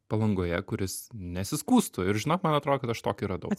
palangoje kuris nesiskųstų ir žinok man atrodo kad aš tokį radau